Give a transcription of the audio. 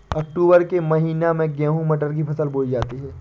अक्टूबर के महीना में गेहूँ मटर की फसल बोई जाती है